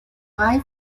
frei